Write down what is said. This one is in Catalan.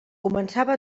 començava